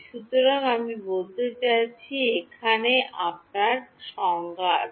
সুতরাং আমি বলতে চাইছি এখানে আপনার ডান এর সংজ্ঞা আছে